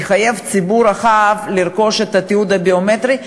יחויב ציבור רחב לרכוש את התיעוד הביומטרי.